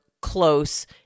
close